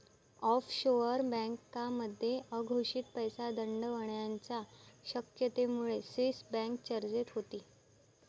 offshore बँकांमध्ये अघोषित पैसा दडवण्याच्या शक्यतेमुळे स्विस बँक चर्चेत होती